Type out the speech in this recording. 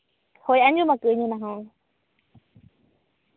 ᱦᱳᱭ ᱟᱸᱡᱚᱢᱟᱠᱟᱜᱼᱟᱹᱧ ᱚᱱᱟ ᱦᱚᱸ